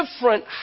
different